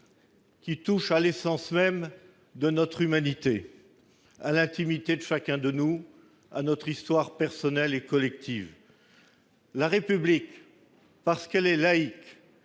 qui touche à l'essence même de notre humanité, à l'intimité de chacun de nous, à notre histoire personnelle et collective. La République, parce qu'elle est laïque,